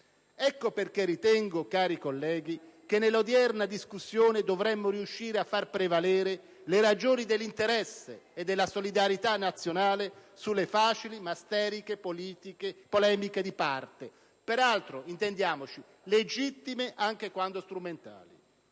Ecco perché, cari colleghi, ritengo che, nell'odierna discussione, dovremmo riuscire a far prevalere le ragioni dell'interesse e della solidarietà nazionale sulle facili, ma sterili, polemiche di parte (per altro - intendiamoci - legittime, anche quando strumentali).